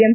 M